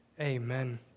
amen